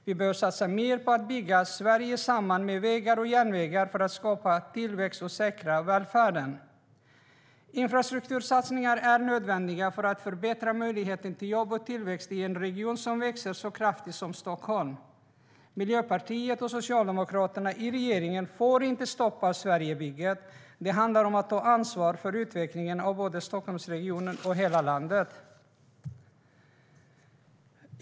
Vi behöver satsa mer på att bygga samman Sverige med vägar och järnvägar, för att skapa tillväxt och säkra välfärden. Infrastruktursatsningar är nödvändiga för att förbättra möjligheten till jobb och tillväxt i en region som växer så kraftigt som Stockholm. Miljöpartiet och Socialdemokraterna i regeringen får inte stoppa Sverigebygget. Det handlar om att ta ansvar för utvecklingen av både Stockholmsregionen och hela landet.